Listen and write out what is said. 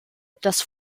das